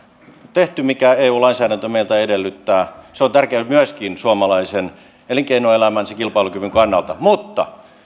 tehty mitä eu lainsäädäntö meiltä edellyttää se on tärkeää myöskin suomalaisen elinkeinoelämän kilpailukyvyn kannalta mutta